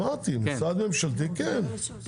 רבותיי,